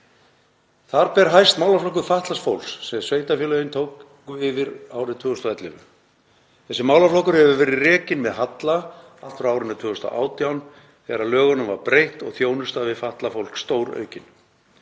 Þar ber hæst málaflokkur fatlaðs fólks sem sveitarfélögin tóku yfir árið 2011. Þessi málaflokkur hefur verið rekinn með halla allt frá árinu 2018 þegar lögunum var breytt og þjónusta við fatlað fólk stóraukin.